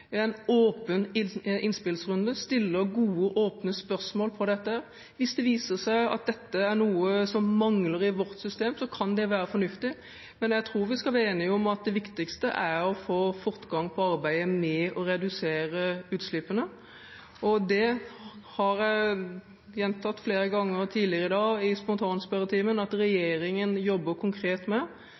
en åpen innspillsrunde og stiller gode, åpne spørsmål om dette. Hvis det viser seg at dette er noe som mangler i vårt system, kan det være fornuftig. Men jeg tror vi skal være enige om at det viktigste er å få fortgang i arbeidet med å redusere utslippene. Jeg har flere ganger tidligere i dag, i spontanspørretimen, gjentatt at regjeringen jobber konkret med